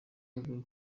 avuga